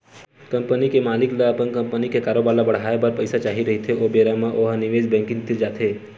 company के मालिक ल अपन कंपनी के कारोबार ल बड़हाए बर पइसा चाही रहिथे ओ बेरा म ओ ह निवेस बेंकिग तीर जाथे